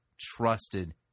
trusted